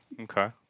okay